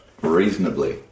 reasonably